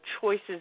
choices